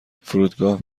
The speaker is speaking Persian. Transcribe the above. فرودگاه